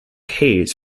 hayes